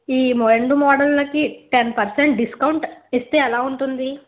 ఈ రెండు మోడల్లకి టెన్ పర్సెంట్ డిస్కౌంట్ ఇస్తే ఎలా ఉంటుంది